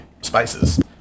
spices